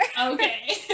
okay